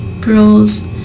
girls